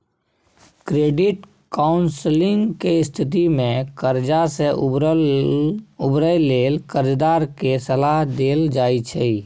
credit counselling के स्थिति में कर्जा से उबरय लेल कर्जदार के सलाह देल जाइ छइ